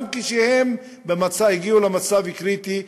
גם כשהם הגיעו למצב קריטי,